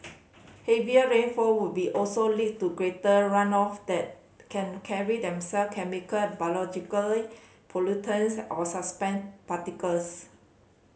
heavier rainfall would be also lead to greater runoff that can carry themselves chemical and biologically pollutants or suspended particles